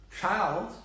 child